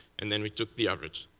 and then we took the average.